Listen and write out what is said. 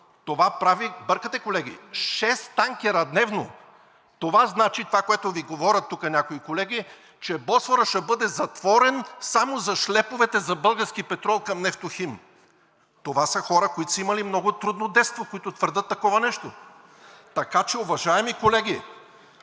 (Реплики.) Бъркате, колеги – шест танкера дневно – това значи това, което Ви говорят тук някои колеги, че Босфорът ще бъде затворен само за шлеповете за български петрол към „Нефтохим“. Това са хора, които са имали много трудно детство, които твърдят такова нещо. (Реплики.) Така че, уважаеми колеги,